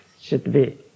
should-be